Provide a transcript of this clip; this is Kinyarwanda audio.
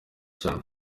cyane